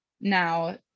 now